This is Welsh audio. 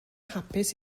hapus